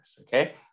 Okay